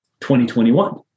2021